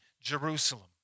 Jerusalem